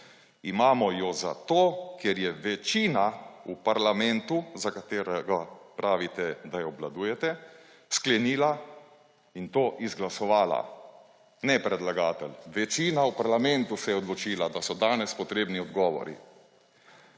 Imamo jo zato, ker je večina v parlamentu, za katero pravite, da jo obvladujete, sklenila in to izglasovala, ne predlagatelj, večina v parlamentu se je odločila, da so danes potrebni odgovori.